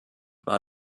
war